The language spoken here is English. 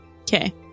Okay